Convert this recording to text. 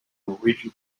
norwegian